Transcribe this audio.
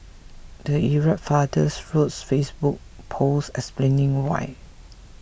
the irate father wrote a Facebook post explaining why